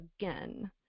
again